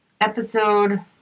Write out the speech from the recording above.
episode